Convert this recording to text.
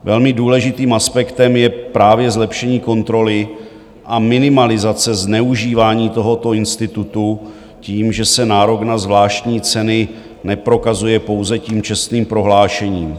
Velmi důležitým aspektem je právě zlepšení kontroly a minimalizace zneužívání tohoto institutu tím, že se nárok na zvláštní ceny neprokazuje pouze tím čestným prohlášením.